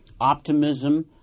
optimism